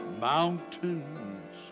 mountains